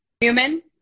human